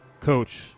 coach